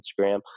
Instagram